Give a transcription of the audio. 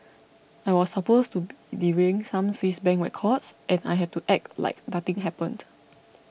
I was supposed to be delivering some Swiss Bank records and I had to act like nothing happened